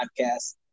podcast